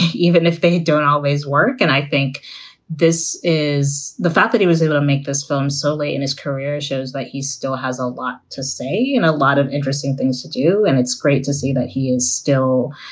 even if they don't always work and i think this is the fact that he was able to make this film so late in his career shows that he still has a lot to say and a lot of interesting things to do. and it's great to see that he is still,